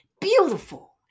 Beautiful